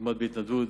כמעט בהתנדבות,